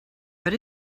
but